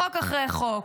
חוק אחרי חוק,